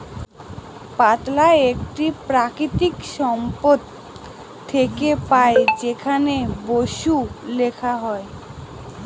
পাতলা একটি প্রাকৃতিক সম্পদ থেকে পাই যেখানে বসু লেখা হয়